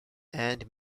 and